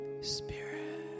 Spirit